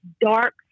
dark